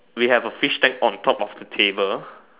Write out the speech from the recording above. we have a fish tank on top of the table